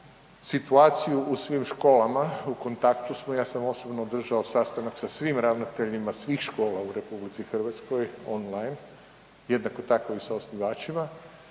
situaciju u svim školama, u kontaktu smo, ja sam osobno održao sastanaka sa svim ravnateljima svih škola u Republici Hrvatskoj online, jednako tako i sa osnivačima,